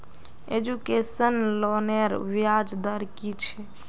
Education लोनेर ब्याज दर कि छे?